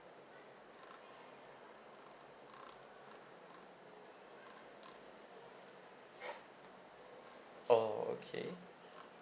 oh okay